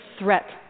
threat